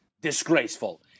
Disgraceful